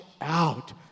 out